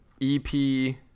EP